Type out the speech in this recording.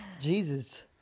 Jesus